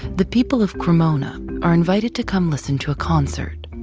the people of cremona are invited to come listen to a concert.